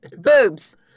Boobs